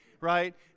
Right